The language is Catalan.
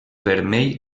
vermell